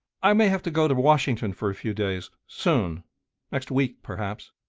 i may have to go to washington for a few days soon next week perhaps.